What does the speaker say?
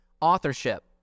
authorship